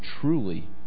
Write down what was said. truly